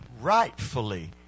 rightfully